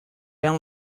been